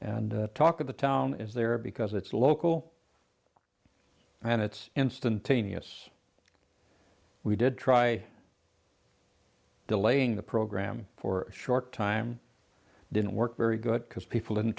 and talk of the town is there because it's local and it's instantaneous we did try delaying the program for a short time didn't work very good because people in